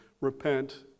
repent